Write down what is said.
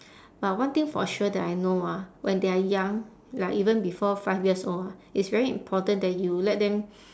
but one thing for sure that I know ah when they are young like even before five years old ah it's very important that you let them